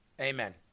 Amen